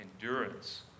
endurance